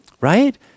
right